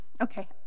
Okay